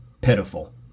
pitiful